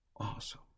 Awesome